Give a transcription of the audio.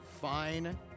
fine